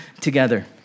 together